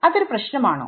അതൊരു പ്രശ്നം ആണോ